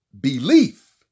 belief